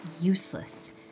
useless